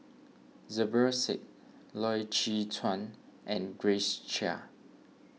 Zubir Said Loy Chye Chuan and Grace Chia